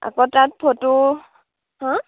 আকৌ তাত ফটো হা